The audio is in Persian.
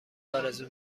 آرزو